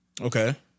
Okay